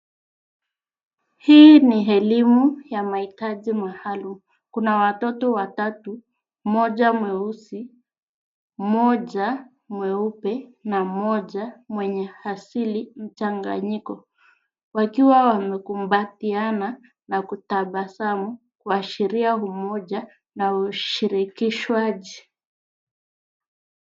Hii ni elimu ya mahitaji maalum. Kuna watoto watatu, mmoja mweusi, mmoja mweupe na mmoja mwenye asili mchanganyiko wakiwa wamekumbatiana na kutabasamu kuashiria umoja na ushirikishwaji.